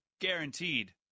Guaranteed